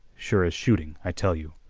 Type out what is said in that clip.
sure as shooting, i tell you.